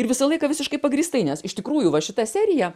ir visą laiką visiškai pagrįstai nes iš tikrųjų va šita serija